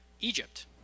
Egypt